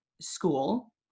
school